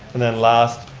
and then last,